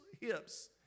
hips